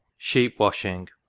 sheep washing.